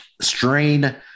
strain